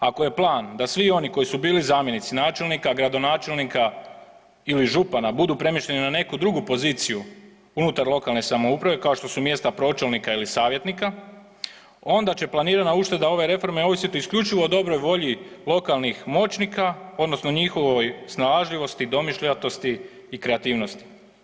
Ako je plan da svi oni koji su bili zamjenici načelnika, gradonačelnika ili župana budu premješteni na neku drugu poziciju unutar lokalne samouprave, kao što su mjesta pročelnika ili savjetnika, onda će planirana ušteda ove reforme ovisiti isključivo o dobroj volji lokalnih moćnika odnosno njihovoj snalažljivosti, domišljatosti i kreativnosti.